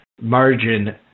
margin